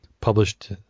published